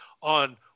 on